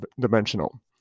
dimensional